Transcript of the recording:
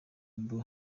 boo